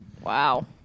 Wow